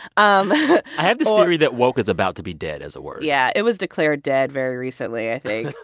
um i have this theory that woke is about to be dead as a word yeah. it was declared dead very recently, i think.